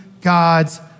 God's